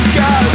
go